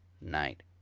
night